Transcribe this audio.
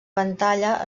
pantalla